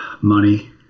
Money